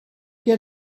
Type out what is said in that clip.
get